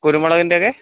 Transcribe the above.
കുരുമുളകിൻറ്റേക്കെ